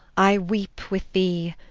i weep with thee.